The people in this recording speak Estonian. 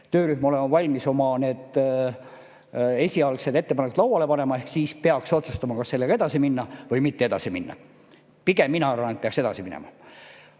töörühm olema valmis oma esialgsed ettepanekud lauale panema, ehk siis peaks otsustama, kas sellega edasi minna või mitte edasi minna. Pigem mina arvan, et peaks edasi minema.